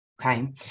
okay